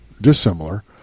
dissimilar